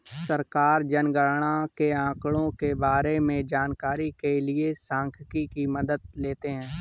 सरकार जनगणना के आंकड़ों के बारें में जानकारी के लिए सांख्यिकी की मदद लेते है